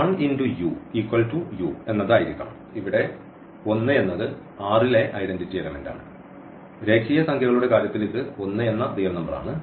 uu എന്നത് ആയിരിക്കണം ഇവിടെ 1 എന്നത് R ലെ ഐഡന്റിറ്റി എലെമെന്റാണ് രേഖീയ സംഖ്യകളുടെ കാര്യത്തിൽ ഇത് 1 എന്ന റിയൽ നമ്പർ ആണ്